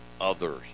others